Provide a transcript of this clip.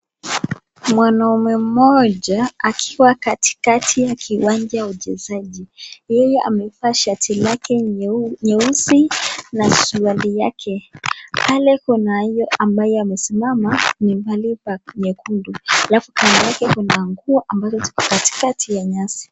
Mwanaume mmoja akiwa katikati ya kiwanja ya uchezaji. Yeye amevaa shati yake nyeusi na suruali yake. Pale kunaye ambaye amesimama ni mahali pa nyekundu alafu kando yake kuna nguo ambazo ziko katikati ya nyasi.